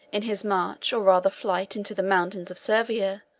in his march, or rather flight, into the mountains of servia,